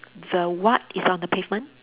the what is on the pavement